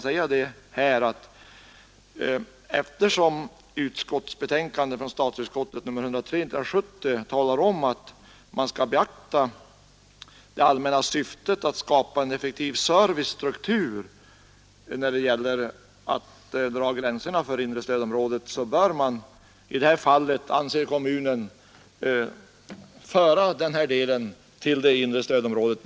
Statsutskottets betänkande nr 103 år 1970 talar om att man skall beakta det allmänna syftet att skapa en effektiv servicestruktur när det gäller att dra gränserna för det inre stödområdet. Då bör man också i det här fallet, anser kommunen, föra denna del till det inre stödområdet.